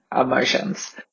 emotions